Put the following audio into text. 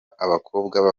abakobwa